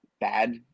bad